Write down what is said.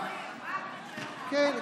גם נגד הקיבוצניקים אתה, בהחלט כן.